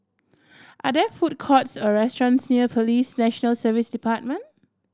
are there food courts or restaurants near Police National Service Department